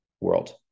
world